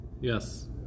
Yes